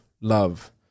love